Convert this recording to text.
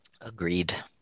Agreed